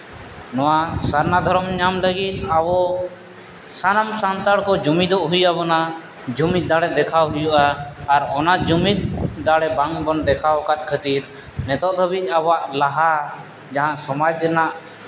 ᱱᱚᱣᱟ ᱥᱟᱨᱱᱟ ᱫᱷᱚᱨᱚᱢ ᱧᱟᱢ ᱞᱟᱹᱜᱤᱫ ᱟᱵᱚ ᱥᱟᱱᱟᱢ ᱥᱟᱱᱛᱟᱲ ᱠᱚ ᱡᱩᱢᱤᱫ ᱦᱩᱭ ᱟᱵᱚᱱᱟᱜ ᱡᱩᱢᱤᱫ ᱫᱟᱲᱮ ᱫᱮᱠᱷᱟᱣ ᱦᱩᱭᱩᱜᱼᱟ ᱟᱨ ᱡᱩᱢᱤᱫ ᱫᱟᱲᱮ ᱵᱟᱝ ᱵᱚ ᱫᱮᱠᱷᱟᱣ ᱠᱟᱫ ᱠᱷᱟᱹᱛᱤᱨ ᱱᱤᱛᱚᱜ ᱫᱷᱟᱹᱵᱤᱡ ᱟᱵᱚᱣᱟᱜ ᱞᱟᱦᱟ ᱡᱟᱦᱟᱸ ᱥᱚᱢᱟᱡᱽ ᱨᱮᱱᱟᱜ